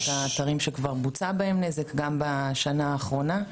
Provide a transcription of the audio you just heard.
את האתרים שכבר בוצע בהם נזק, גם בשנה האחרונה.